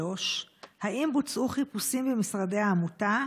3. האם בוצעו חיפושים במשרדי העמותה?